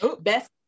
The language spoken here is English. Best